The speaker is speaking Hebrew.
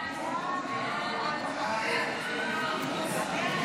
לדיון בוועדת החינוך,